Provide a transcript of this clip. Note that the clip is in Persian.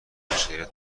بشریت